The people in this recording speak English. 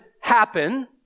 happen